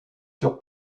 sur